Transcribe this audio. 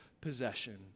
possession